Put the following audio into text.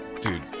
dude